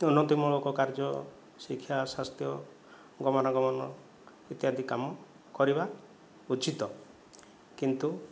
ଉନ୍ନତି ମୂଳକ କାର୍ଯ୍ୟ ଶିକ୍ଷା ସ୍ଵାସ୍ଥ୍ୟ ଗମନାଗମନ ଇତ୍ୟାଦି କାମ କରିବା ଉଚିତ କିନ୍ତୁ